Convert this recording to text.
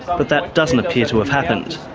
but that doesn't appear to have happened.